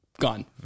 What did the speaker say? Gone